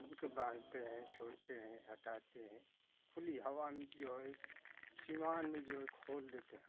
उनको बाँधते हैं छोड़ते हैं हटाते हैं खुली हवा में जो है सिमान में जो है खोल देते हैं